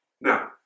Now